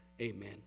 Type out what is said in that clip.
amen